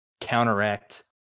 counteract